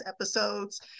episodes